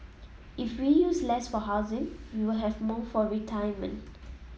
if we use less for housing we will have more for retirement